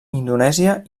indonèsia